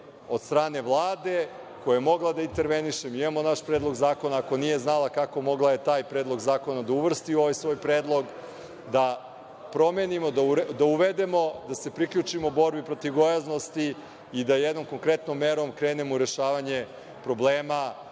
od strane Vlade koja je mogla da interveniše. Mi imamo naš predlog zakona, ako nije znala kako mogla je taj predlog zakona da uvrsti u ovoj svoj predlog, da promenimo, da uvedemo da se priključimo borbi protiv gojaznosti i da jednom konkretnom merom krenemo u rešavanje problema